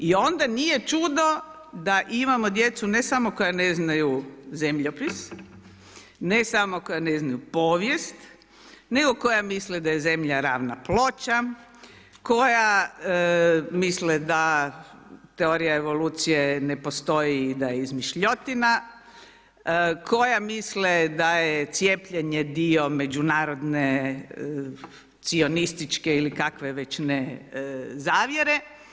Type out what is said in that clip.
I onda nije čudo da imamo djecu, ne samo koja ne znaju zemljopis, ne samo koja ne znaju povijest, nego koji misle da je zemlja ravna ploča, koja misle da teorija evolucije ne postoji i da je izmišljotina, koja misle da je cijepljenje dio međunarodne cionističke ili kakve već ne zavjere.